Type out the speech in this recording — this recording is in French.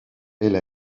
elle